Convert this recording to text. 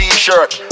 T-shirt